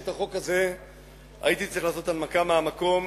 שבחוק הזה הייתי צריך לעשות הנמקה מהמקום,